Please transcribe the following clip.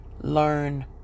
learn